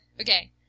Okay